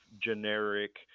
generic